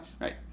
Right